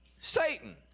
Satan